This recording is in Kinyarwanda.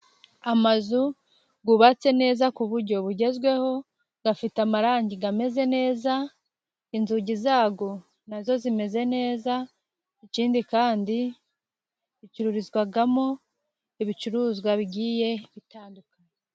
Amazu yubatse neza ku buryo bugezweho, afite amarangi ameze neza, inzugi zayo nazo zimeze neza, ikindi kandi, acururizwamo ibicuruzwa bigiye bitandukanye.